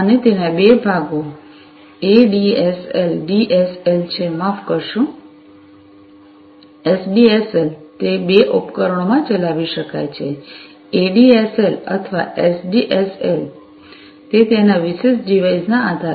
અને તેના બે ભાગો એડીએસએલ અને ડીએસએલ છે માફ કરશો એસડીએસએલ તે 2 ઉપકરણોમાં ચલાવી શકાય છે એડીએસએલ અથવા એસડીએસએલ તે ત્યાંના વિશિષ્ટ ડિવાઇસ ના આધારે